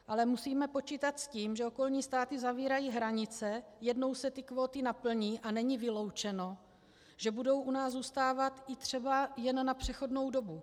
Ale musíme počítat s tím, že okolní státy zavírají hranice, jednou se kvóty naplní a není vyloučeno, že budou u nás zůstávat třeba i jen na přechodnou dobu.